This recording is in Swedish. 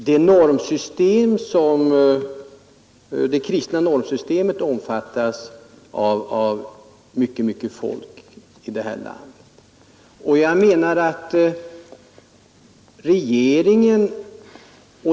Herr talman! Det kristna normsystemet omfattas av mycket folk i detta land.